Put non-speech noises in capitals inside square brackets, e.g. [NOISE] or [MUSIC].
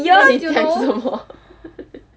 yours is [LAUGHS]